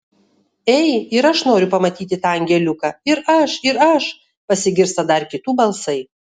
ei ir aš noriu pamatyti tą angeliuką ir aš ir aš pasigirsta dar kitų balsai